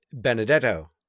Benedetto